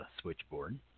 switchboard